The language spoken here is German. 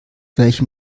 welchem